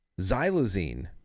Xylazine